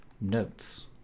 notes